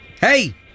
Hey